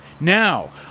now